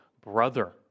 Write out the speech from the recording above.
brother